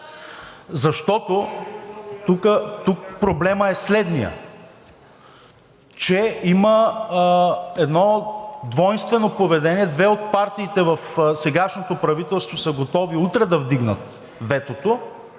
защото тук проблемът е следният: има едно двойствено поведение и две от партиите в сегашното правителство са готови утре да вдигнат ветото